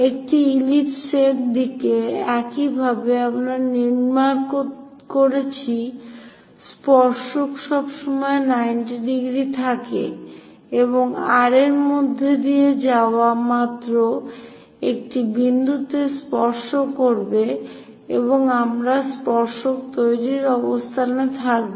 একটি ইলিপস এর দিকে এইভাবে আমরা নির্মাণ করেছি স্পর্শক সবসময় 90° থাকে এবং R এর মধ্য দিয়ে যাওয়া মাত্র একটি বিন্দুতে স্পর্শ করবে এবং আমরা স্পর্শক তৈরির অবস্থানে থাকব